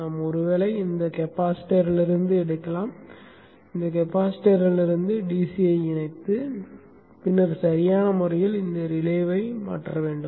நாம் ஒருவேளை இந்த கெப்பாசிட்டர்லிருந்து எடுக்கலாம் இந்த கெப்பாசிட்டர்லிருந்து DC ஐ இணைத்து பின்னர் சரியான முறையில் இந்த ரிலேவை மாற்ற வேண்டும்